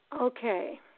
Okay